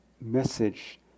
message